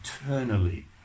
eternally